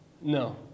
No